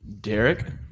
Derek